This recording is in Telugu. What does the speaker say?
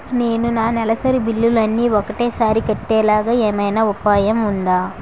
నేను నా నెలసరి బిల్లులు అన్ని ఒకేసారి కట్టేలాగా ఏమైనా ఉపాయం ఉందా?